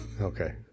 Okay